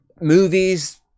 movies